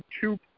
two